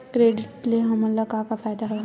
Credit ले हमन का का फ़ायदा हवय?